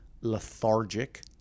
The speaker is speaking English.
lethargic